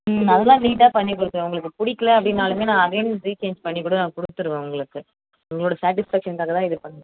ம் அதெல்லாம் நீட்டாக பண்ணி கொடுத்துருவேன் உங்களுக்கு பிடிக்கலை அப்படின்னாலுமே நான் அதையும் ரீசேஞ்ச் பண்ணி கூட நான் கொடுத்துருவேன் உங்களுக்கு உங்களோட சேட்டிஸ்ஃபேக்ஷன்க்காக தான் இது பண்